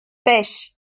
beş